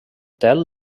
tel